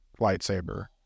lightsaber